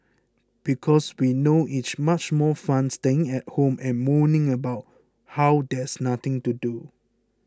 because we know it's much more fun staying at home and moaning about how there's nothing to do